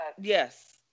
Yes